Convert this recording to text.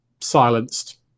silenced